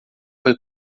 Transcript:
foi